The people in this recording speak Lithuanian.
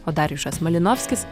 o darjušas malinovskis